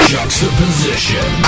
Juxtaposition